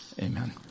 amen